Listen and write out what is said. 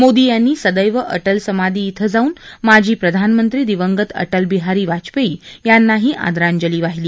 मोदी यांनी सदैव अटल समाधी िं जाऊन माजी प्रधानमंत्री दिवंगत अटलबिहारी वाजपेयी यांनाही आदरांजली वाहिली